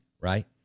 right